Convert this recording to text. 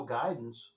guidance